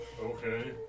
Okay